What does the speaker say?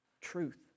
truth